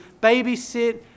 babysit